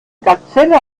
gazelle